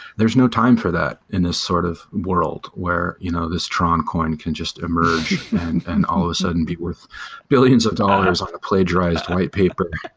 there's no time for that in this sort of world where you know this tron coin can just emerge and all of a sudden be worth billions of dollars on a plagiarized white paper.